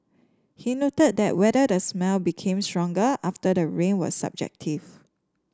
he noted that whether the smell became stronger after the rain was subjective